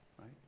right